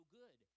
good